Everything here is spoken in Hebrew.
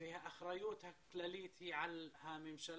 והאחריות הכללית היא על הממשלה,